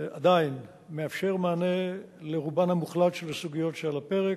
עדיין מאפשר מענה לרובן המוחלט של הסוגיות שעל הפרק,